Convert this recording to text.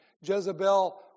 Jezebel